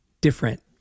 different